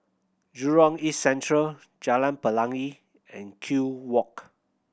Jurong East Central Jalan Pelangi and Kew Walk